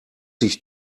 sich